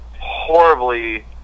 horribly